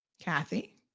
Kathy